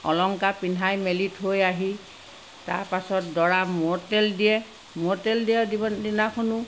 অলংকাৰ পিন্ধাই মেলি থৈ আহি তাৰপাছত দৰাৰ মূৰত তেল দিয়ে মূৰত তেল দিয়া দিবৰ দিনাখনো